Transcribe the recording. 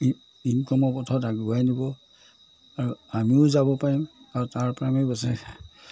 ইনকমৰ পথত আগুৱাই নিব আৰু আমিও যাব পাৰিম আৰু তাৰ পৰা আমি গৈছে